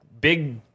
big